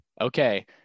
Okay